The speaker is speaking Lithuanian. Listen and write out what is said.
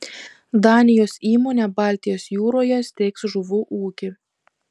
danijos įmonė baltijos jūroje steigs žuvų ūkį